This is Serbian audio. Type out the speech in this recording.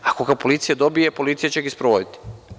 Ako ga policija dobije, policija će ga i sprovoditi.